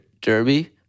Derby